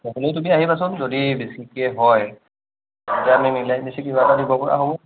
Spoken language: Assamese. আহিবাচোন যদি বেছিকৈ হয় তেতিয়া মিলাই মিচি কিবা এটা দিব পৰা হ'ব